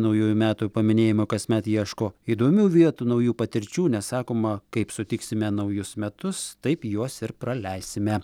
naujųjų metų paminėjimui kasmet ieško įdomių vietų naujų patirčių nes sakoma kaip sutiksime naujus metus taip juos ir praleisime